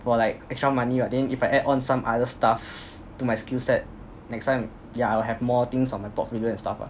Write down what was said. for like extra money ah then if I add on some other stuff to my skillset next time yeah I will have more things on my portfolio and stuff lah